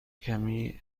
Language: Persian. کمی